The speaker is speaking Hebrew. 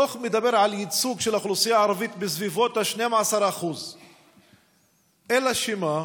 הדוח מדבר על ייצוג של האוכלוסייה הערבית בסביבות של 12%. אלא מה,